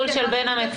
לתמוך.